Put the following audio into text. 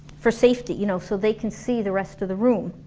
for safety, you know, so they can see the rest of the room